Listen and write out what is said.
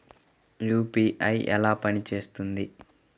UPI ఎలా పనిచేస్తుంది?